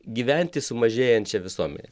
gyventi su mažėjančia visuomene